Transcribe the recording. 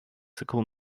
цикл